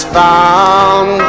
found